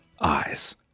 eyes